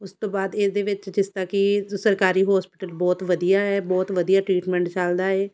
ਉਸ ਤੋਂ ਬਾਅਦ ਇਹਦੇ ਵਿੱਚ ਜਿਸ ਤਰ੍ਹਾਂ ਕਿ ਸਰਕਾਰੀ ਹੋਸਪੀਟਲ ਬਹੁਤ ਵਧੀਆ ਹੈ ਬਹੁਤ ਵਧੀਆ ਟ੍ਰੀਟਮੈਂਟ ਚੱਲਦਾ ਹੈ